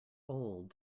old